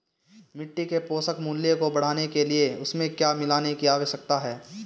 मिट्टी के पोषक मूल्य को बढ़ाने के लिए उसमें क्या मिलाने की आवश्यकता है?